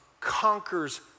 conquers